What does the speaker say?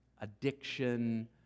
addiction